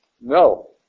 no